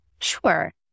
Sure